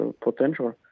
potential